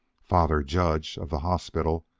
father judge, of the hospital,